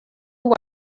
who